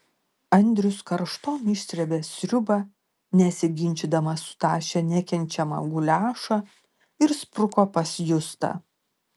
andrius karštom išsrėbė sriubą nesiginčydamas sutašė nekenčiamą guliašą ir spruko pas justą